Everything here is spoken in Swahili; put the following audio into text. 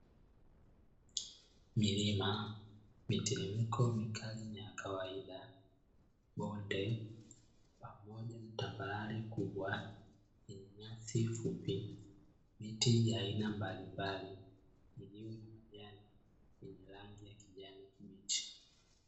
Milima, miteremko mikali na ya kawaida bonde pamoja na tambarare kubwa lenye nyasi fupi, miti ya aina mbalimbali iliyo na majani yenye rangi ya kijani kibichi.